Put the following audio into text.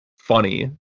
funny